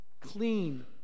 clean